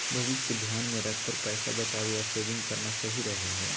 भविष्य के ध्यान मे रखकर पैसा बचावे या सेविंग करना सही रहो हय